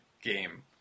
game